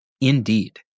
Indeed